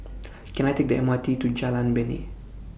Can I Take The M R T to Jalan Bena